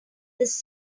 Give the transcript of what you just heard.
this